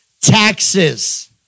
taxes